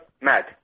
mad